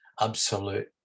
absolute